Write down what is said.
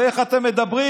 איך אתם מדברים?